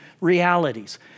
realities